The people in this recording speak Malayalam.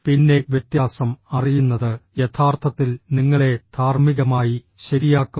പിന്നെ വ്യത്യാസം അറിയുന്നത് യഥാർത്ഥത്തിൽ നിങ്ങളെ ധാർമ്മികമായി ശരിയാക്കും